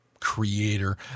creator